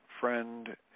friend